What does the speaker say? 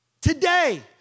Today